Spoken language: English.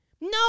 no